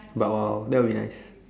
but !wow! that will be nice